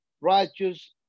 righteous